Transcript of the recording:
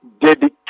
dedicated